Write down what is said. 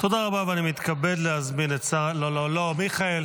אני צריך עזרה שלך פה מול המשרדים האלה.